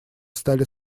стали